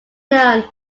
known